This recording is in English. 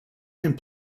and